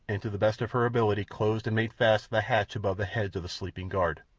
and to the best of her ability closed and made fast the hatch above the heads of the sleeping guard.